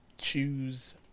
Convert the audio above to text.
choose